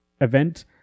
event